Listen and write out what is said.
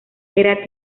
era